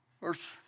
Verse